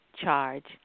charge